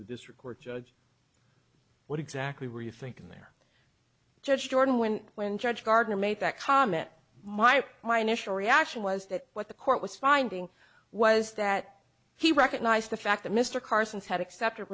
record judge what exactly were you thinking there judge jordan when when judge gardner made that comment my my initial reaction was that what the court was finding was that he recognized the fact that mr carson's had accepted